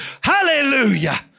Hallelujah